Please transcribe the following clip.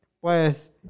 Pues